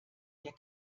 der